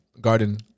Garden